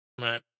Right